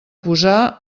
posar